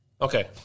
Okay